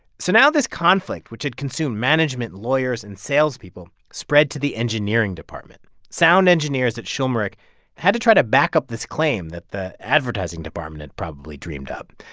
so now this conflict, which had consumed management, lawyers and salespeople, spread to the engineering department. sound engineers at schulmerich had to try to back up this claim that the advertising department had probably dreamed up.